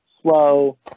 slow